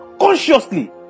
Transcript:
consciously